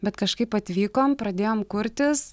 bet kažkaip atvykom pradėjom kurtis